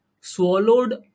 swallowed